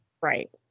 Right